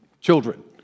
children